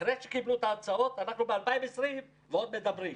אחרי שקיבלו את ההצעות, אנחנו ב-2020 ועוד מדברים.